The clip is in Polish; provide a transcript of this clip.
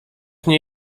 nie